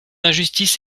injustice